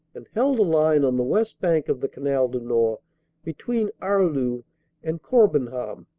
and held a line on the west bank of the canal du nord between arleux and corbenham.